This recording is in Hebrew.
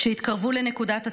כשהתקרבו לנקודת הציון,